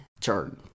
turn